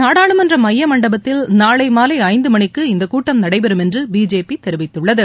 நாடாளுமன்ற எமய மண்டபத்தில் நாளை மாலை ஐந்து மணிக்கு இந்தக் கூட்டம் நடைபெறம் என்று பிஜேபி தெரிவித்துள்ளது